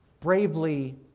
bravely